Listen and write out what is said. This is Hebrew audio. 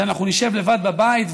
שאנחנו נשב לבד בבית,